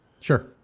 Sure